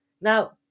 now